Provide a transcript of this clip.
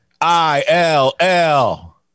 I-L-L